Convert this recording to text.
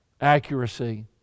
accuracy